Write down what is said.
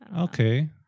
okay